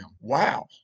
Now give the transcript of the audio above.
Wow